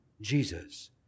Jesus